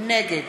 נגד